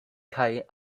kaj